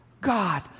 God